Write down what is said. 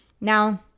Now